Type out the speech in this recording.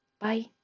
Bye